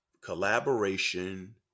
collaboration